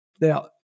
now